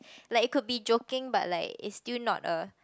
like it could be joking but like it's still not a